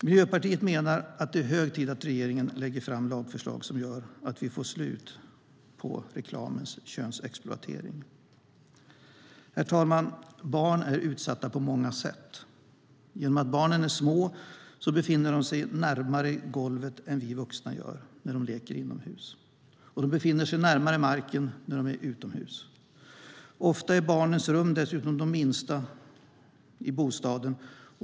Miljöpartiet menar att det är hög tid att regeringen lägger fram lagförslag som gör att vi får slut på reklamens könsexploatering. Herr talman! Barn är utsatta på många sätt. Genom att barnen är små befinner de sig närmare golvet än vi vuxna när de leker inomhus, och de befinner sig närmare marken när de är utomhus. Ofta är barnens rum dessutom de minsta i bostaden.